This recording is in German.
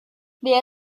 wer